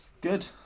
good